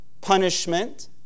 punishment